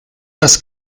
das